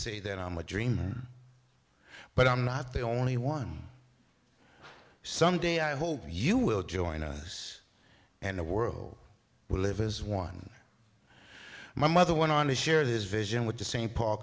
say that i'm a dreamer but i'm not the only one some day i hope you will join us and the world will live as one my mother went on to share this vision with the st paul